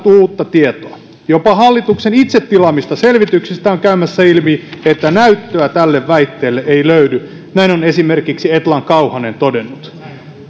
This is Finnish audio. uutta tietoa jopa hallituksen itse tilaamista selvityksistä on käymässä ilmi että näyttöä tälle väitteelle ei löydy näin on esimerkiksi etlan kauhanen todennut